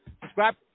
Subscribe